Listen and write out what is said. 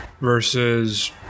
versus